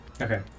Okay